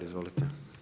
Izvolite.